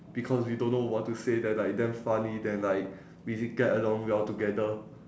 because we don't know what to say then like damn funny then like we get along well together